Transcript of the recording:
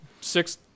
six